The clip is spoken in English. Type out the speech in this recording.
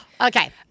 okay